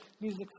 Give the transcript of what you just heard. music